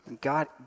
God